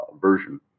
version